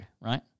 right